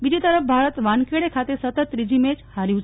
બીજી તરફ ભારત વાનખેડે ખાતે સતત ત્રીજી મેચ હાર્યું છે